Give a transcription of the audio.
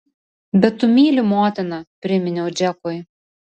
bet tu myli motiną priminiau džekui